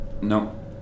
no